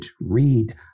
read